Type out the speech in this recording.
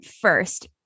first